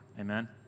Amen